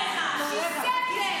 שיישבו בשקט?